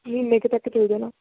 ਮਹੀਨੇ ਕੁ ਤੱਕ ਚਲ ਜਾਣਾ